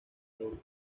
doble